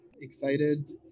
Excited